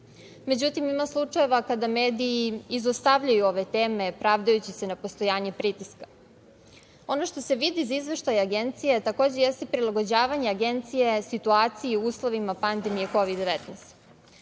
zakonom.Međutim, ima slučajeva kada mediji izostavljaju ove teme pravdajući se na postojanje pritiska. Ono što se vidi iz izveštaja Agencije takođe jeste prilagođavanje Agencije situaciji u uslovima pandemije Kovid 19.